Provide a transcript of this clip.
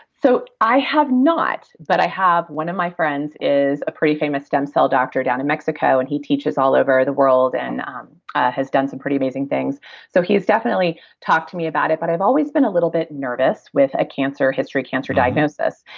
so i have not, but i have one of my friends is a pretty famous stem cell doctor down in mexico and he teaches all over the world and um has done some pretty amazing things so he's definitely talked to me about it, but i've always been a little bit nervous with a cancer history, cancer diagnosis.